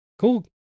cool